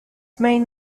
main